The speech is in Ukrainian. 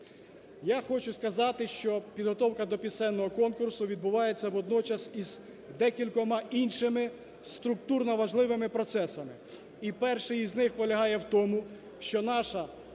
Я хочу сказати, що підготовка до пісенного конкурсу відбувається водночас із декількома іншими структурно важливими процесами. І перший із них полягає в тому, що наша